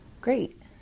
Great